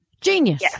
Genius